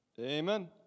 Amen